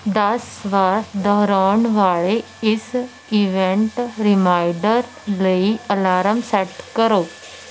ਦਸ ਵਾਰ ਦੁਹਰਾਉਣ ਵਾਲੇ ਇਸ ਇਵੈਂਟ ਰੀਮਾਈਂਡਰ ਲਈ ਅਲਾਰਮ ਸੈੱਟ ਕਰੋ